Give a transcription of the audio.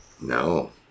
No